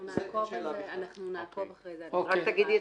אנחנו נעקוב אחרי זה ונסייע,